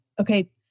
okay